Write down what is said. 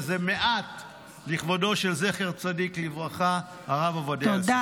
וזה מעט לכבודו של זכר צדיק לברכה הרב עובדיה יוסף.